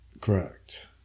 correct